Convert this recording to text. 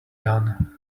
done